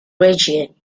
region